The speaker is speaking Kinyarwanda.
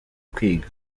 kwiga